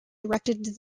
directed